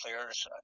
players